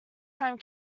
time